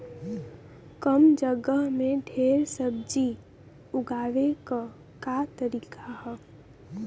कम जगह में ढेर सब्जी उगावे क का तरीका ह?